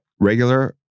regular